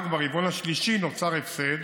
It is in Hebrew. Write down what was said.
רק ברבעון השלישי נוצר הפסד